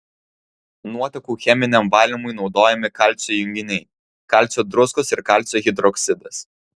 nuotekų cheminiam valymui naudojami kalcio junginiai kalcio druskos ir kalcio hidroksidas